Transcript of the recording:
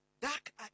dark